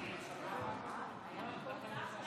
חברי הכנסת